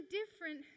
different